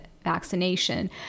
vaccination